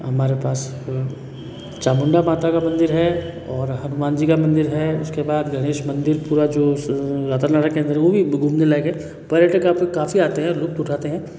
हमारे पास चामुंडा माता का मंदिर है और हनुमान जी का मंदिर है उसके बाद गणेश मंदिर पूरा जो रातानाडा के अंदर है वो भी घूमने लायक है पर्यटक यहाँ पे काफ़ी आते हैं लुत्फ़ उठाते हैं